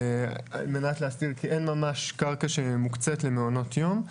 כי אין ממש קרקע שמוקצית למעונות יום.